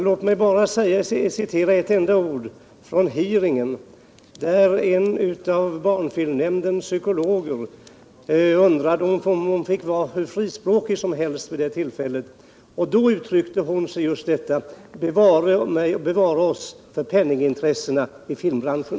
Låt mig citera några ord från hearingen, där en av barnfilmnämndens psykologer undrade om hon fick vara hur frispråkig som helst vid det tillfället och då yttrade: Bevare oss för penningintressena i filmbranschen!